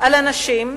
על אנשים,